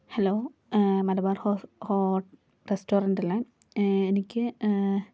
hello Malabar ഹോസ് hot റെസ്റ്റോറൻറ്റല്ലേ എനിക്ക്